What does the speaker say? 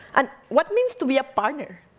and what means to be a partner,